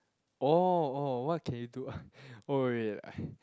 orh orh what can you do oh wait wait I